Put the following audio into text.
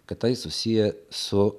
kad tai susiję su